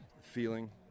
feeling